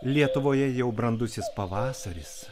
lietuvoje jau brandusis pavasaris